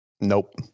Nope